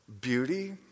beauty